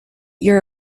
you